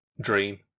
dream